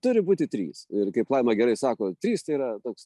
turi būti trys ir kaip laima gerai sako trys tai yra toks